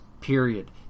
period